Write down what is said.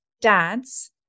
dads